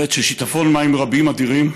בעת ששיטפון מים רבים אדירים